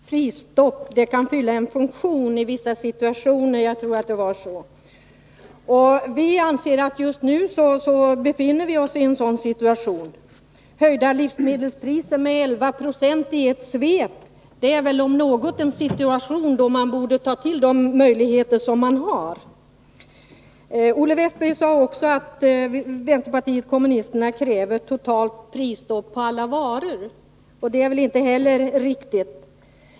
Herr talman! Olle Wästberg i Stockholm säger att prisstopp kan fylla en funktion i vissa situationer — jag tror det var så han sade. Vi anser att Sverige just nu befinner sig i en sådan situation. När livsmedelspriserna höjs med 11 i ett svep är vi väl, om någonsin, i en situation då vi borde ta till vara de möjligheter som finns. Olle Wästberg sade också att vpk kräver totalt prisstopp på alla varor. Det är inte heller riktigt.